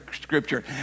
scripture